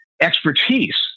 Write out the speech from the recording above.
expertise